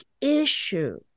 issue